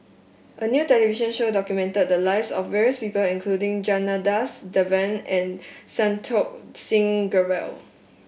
a new television show documented the lives of various people including Janadas Devan and Santokh Singh Grewal